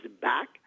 back